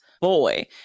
boy